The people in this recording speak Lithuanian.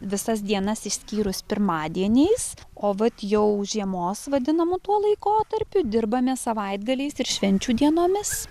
visas dienas išskyrus pirmadieniais o vat jau žiemos vadinamu tuo laikotarpiu dirbame savaitgaliais ir švenčių dienomis